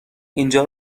اینجا